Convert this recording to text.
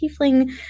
tiefling